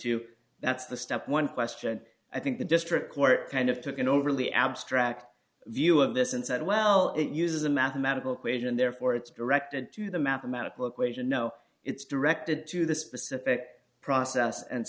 to that's the step one question i think the district court kind of took an overly abstract view of this and said well it uses a mathematical equation therefore it's directed to the mathematical equation no it's directed to the specific process and